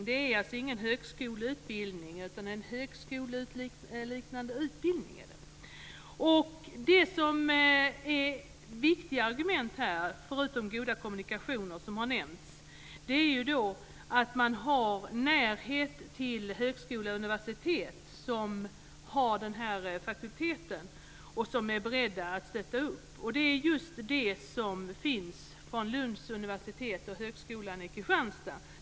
Det är alltså ingen högskoleutbildning utan en högskoleliknande utbildning. Viktiga argument här är, förutom goda kommunikationer som har nämnts, närheten till högskola och universitet som har den här fakulteten och som är beredda att stötta upp, och det är just Lunds universitet och högskolan i Kristianstad.